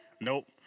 Nope